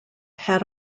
had